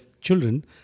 children